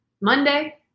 Monday